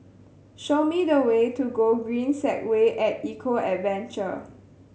show me the way to Gogreen Segway At Eco Adventure